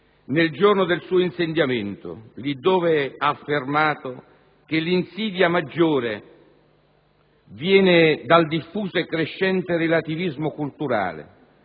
nel giorno del suo insediamento, lì dove ha affermato che «l'insidia maggiore viene dal diffuso e crescente relativismo culturale,